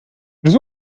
was